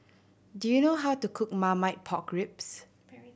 do you know how to cook Marmite Pork Ribs